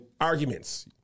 arguments